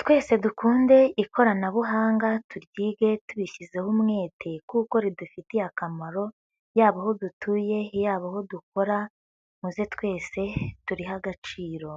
Twese dukunde ikoranabuhanga turyige tubishyizeho umwete kuko ridufitiye akamaro, yaba aho dutuye, yaba aho dukora, muze twese turihe agaciro,